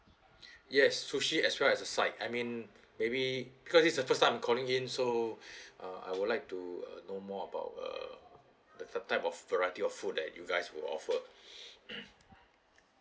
yes sushi as well as a side I mean maybe because this the first time I'm calling in so uh I would like to uh know more about uh the the type of variety of food that you guys would offer